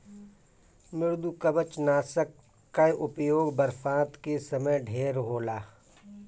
मृदुकवचनाशक कअ उपयोग बरसात के समय ढेर होला